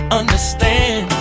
understand